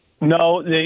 No